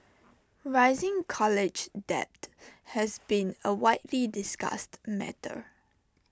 rising college debt has been A widely discussed matter